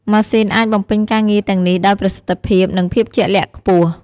ម៉ាស៊ីនអាចបំពេញការងារទាំងនេះដោយប្រសិទ្ធភាព និងភាពជាក់លាក់ខ្ពស់។